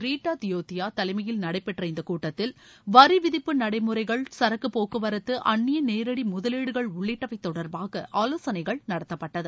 Rita Teaotia தலைமையில் நடைபெற்ற இந்தக் கூட்டத்தில் வரி விதிப்பு நடைமுறைகள் சரக்குப் போக்குவரத்து அந்நிய நேரடி முதலீடுகள் உள்ளிட்டவை தொடர்பாக ஆலோசனைகள் நடத்தபட்டது